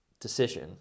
decision